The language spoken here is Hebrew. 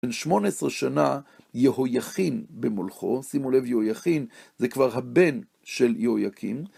בן 18 שנה יהויכין במולכו, שימו לב, יהויכין זה כבר הבן של יהויקים.